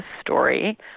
story